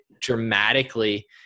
dramatically